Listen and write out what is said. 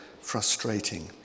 frustrating